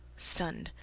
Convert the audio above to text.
stunned.